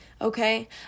okay